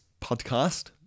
podcast